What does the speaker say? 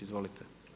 Izvolite.